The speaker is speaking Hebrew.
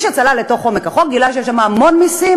מי שצלל לעומק החוק גילה שיש שם המון מסים,